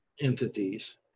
entities